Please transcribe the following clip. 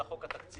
אלא חוק התקציב.